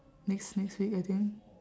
next next week I think